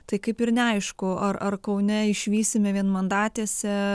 tai kaip ir neaišku ar ar kaune išvysime vienmandatėse